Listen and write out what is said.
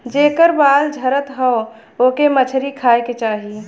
जेकर बाल झरत हौ ओके मछरी खाए के चाही